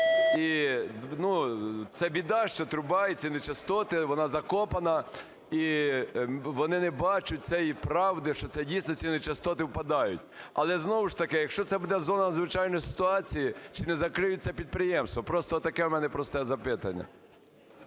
це біда, що труба і ці нечистоти, вона закопана, і вони не бачать цієї правди, що це, дійсно, ці нечистоти впадають. Але, знову ж таки, якщо це буде зона надзвичайної ситуації, чи не закриється підприємство? Просто таке у мене просте запитання.